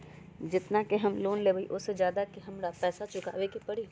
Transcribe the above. जेतना के हम लोन लेबई ओ से ज्यादा के हमरा पैसा चुकाबे के परी?